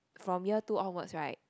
from year two onwards right